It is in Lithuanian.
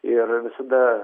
ir visada